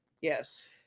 yes